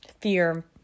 fear